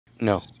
no